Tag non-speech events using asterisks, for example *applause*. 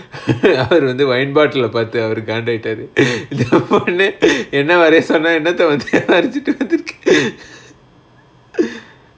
*laughs* அவரு வந்து:avaru vanthu wine bottle ah பாத்து அவரு காண்டாகிடாறு:pathu avaru gaaandaakitaaru *laughs* போனோனே என்ன வரைய சொன்னா என்னத வரைறது வரஞ்சிட்டு வந்துருக்க:pononae enna varaiya sonna ennatha varairathu varanjitu vanthurukka *laughs*